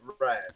Right